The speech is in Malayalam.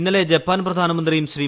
ഇന്നലെ ജപ്പാൻ പ്രധാനമന്ത്രിയും ശ്രീ